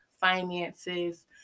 finances